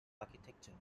architecture